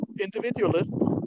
individualists